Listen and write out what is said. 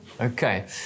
Okay